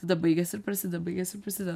tada baigiasi ir prasideda baigiasi ir prasideda